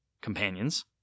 companions